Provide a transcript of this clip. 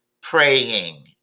praying